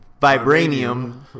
vibranium